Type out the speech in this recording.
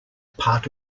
part